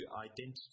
identity